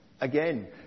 again